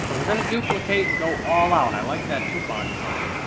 so we're going to duplicate and go all out. i like that tupac song.